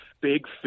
big